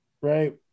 right